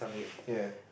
here